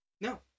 No